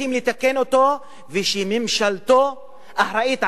שצריכים לתקן אותו ושממשלתו אחראית לו?